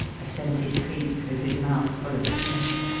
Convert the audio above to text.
assented cleek, with his mouth full of smoke.